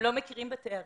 הם לא מכירים בתארים.